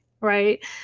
right